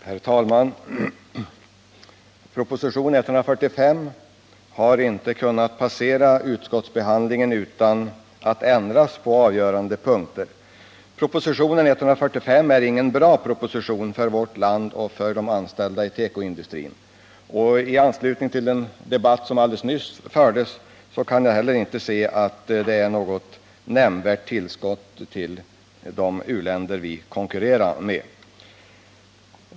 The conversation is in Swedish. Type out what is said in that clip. Herr talman! Propositionen 145 har inte kunnat passera utskottsbehandlingen utan att ändras på avgörande punkter. Det är ingen bra proposition för vårt land och för de anställda inom tekoindustrin. Med tanke på den nyss förda debatten kan jag inte heller se att den innehåller något nämnvärt tillskott till de u-länder som vi konkurrerar med.